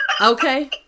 Okay